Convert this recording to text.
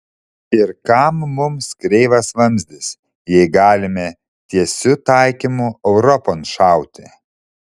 ir kam mums kreivas vamzdis jei galime tiesiu taikymu europon šauti